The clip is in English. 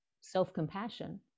self-compassion